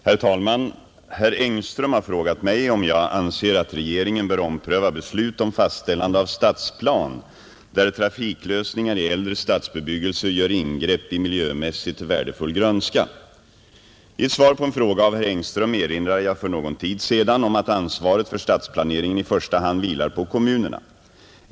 Herr talman! Herr Engström har frågat mig om jag anser att regeringen bör ompröva beslut om fastställande av stadsplan, där trafiklösningar i äldre stadsbebyggelse gör ingrepp i miljömässigt värdefull grönska. I ett svar på en fråga av herr Engström erinrade jag för någon tid sedan om att ansvaret för stadsplaneringen i första hand vilar på kommunerna.